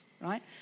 right